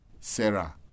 Sarah